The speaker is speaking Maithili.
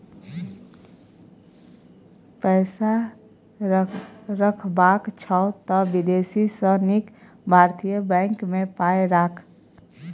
पैसा रखबाक छौ त विदेशी सँ नीक भारतीय बैंक मे पाय राख